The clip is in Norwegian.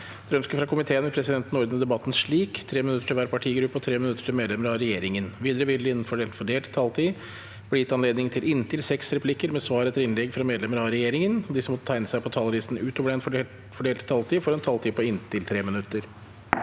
ønske fra komiteen vil presidenten ordne debatten slik: 3 minutter til hver partigruppe og 3 minutter til medlemmer av regjeringen. Videre vil det – innenfor den fordelte taletid – bli gitt anledning til inntil seks replikker med svar etter innlegg fra medlemmer av regjeringen, og de som måtte tegne seg på talerlisten utover den fordelte taletid, får også en taletid på inntil 3 minutter.